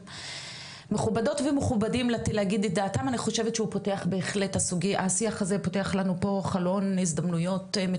מכובדות ומכובדים להגיד את דעתם ואני חושבת שהשיח פותח בהחלט את הסוגייה